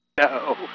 no